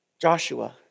Joshua